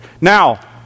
now